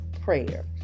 prayer